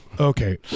Okay